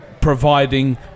providing